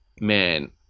man